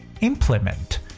Implement